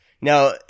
Now